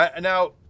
Now